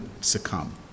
succumb